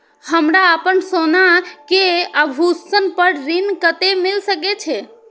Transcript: हमरा अपन सोना के आभूषण पर ऋण कते मिल सके छे?